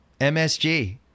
MSG